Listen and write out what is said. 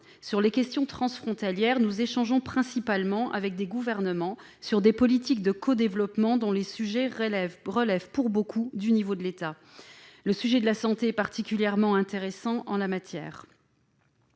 sur les questions transfrontalières, nous échangeons principalement avec des gouvernements sur des politiques de codéveloppement dont les sujets relèvent pour beaucoup de l'État. Le sujet de la santé est particulièrement intéressant en la matière.